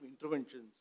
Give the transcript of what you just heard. interventions